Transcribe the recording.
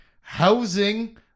housing